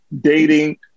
dating